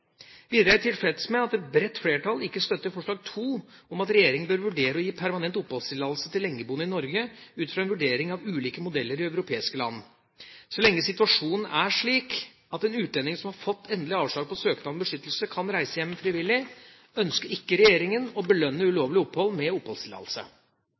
Videre er jeg tilfreds med at et bredt flertall ikke støtter forslag nr. 2, om at regjeringa bør vurdere å gi permanent oppholdstillatelse til lengeboende i Norge ut fra en vurdering av ulike modeller i europeiske land. Så lenge situasjonen er slik at en utlending som har fått endelig avslag på søknad om beskyttelse, kan reise hjem frivillig, ønsker ikke regjeringa å belønne